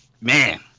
Man